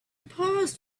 paused